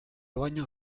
baño